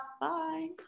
Bye